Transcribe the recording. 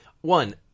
One